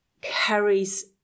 carries